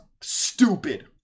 stupid